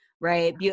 Right